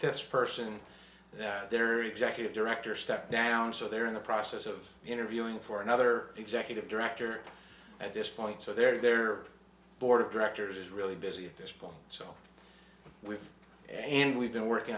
fifth's person that there are executive director step down so they're in the process of interviewing for another executive director at this point so they're their board of directors is really busy at this point so we and we've been working